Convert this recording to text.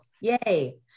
yay